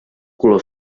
color